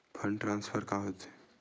Fund transfer का होथे?